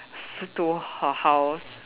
f~ to her house